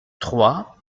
trois